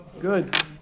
Good